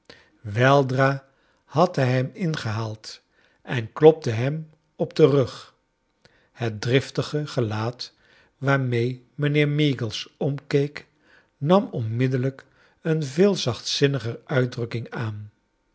weldra had hij hem ingehaald en klopte hem op den rug het driftige gelaat waarmee mijnheer meagles omkeek nam onmiddellijk een veel zachtzinniger uitdrukking aan